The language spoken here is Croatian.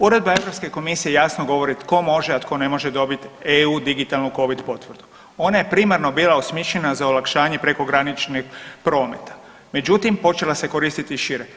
Uredba Europske komisije jasno govori tko može, a tko ne može dobit EU digitalnu covid potvrdu, ona je primarno bila osmišljena za olakšanje prekograničnog prometa, međutim počela se koristiti šire.